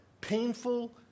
painful